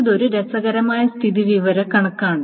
ഇതൊരു രസകരമായ സ്ഥിതിവിവരക്കണക്കാണ്